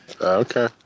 Okay